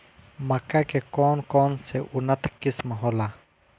मक्का के कौन कौनसे उन्नत किस्म होला?